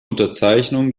unterzeichnung